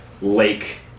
lake